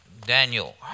Daniel